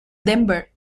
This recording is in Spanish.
denver